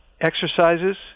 exercises